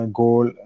goal